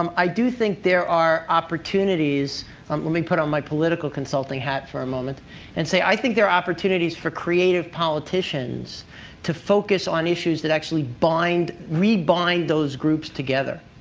um i do think there are opportunities let me put on my political consulting hat for a moment and say i think there are opportunities for creative politicians to focus on issues that actually rebind rebind those groups together.